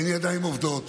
אין ידיים עובדות,